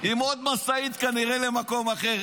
עם עוד משאית כנראה למקום אחר.